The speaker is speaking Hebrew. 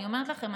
אני אומרת לכם,